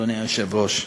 אדוני היושב-ראש,